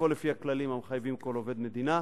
לפעול לפי הכללים המחייבים כל עובד מדינה,